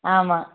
ஆமாம்